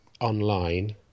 online